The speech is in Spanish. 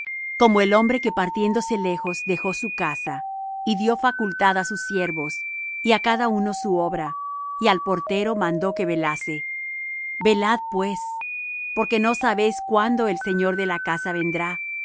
como el hombre que partiéndose lejos dejó su casa y dió facultad á sus siervos y á cada uno su obra y al portero mandó que velase velad pues porque no sabéis cuándo el señor de la casa vendrá si á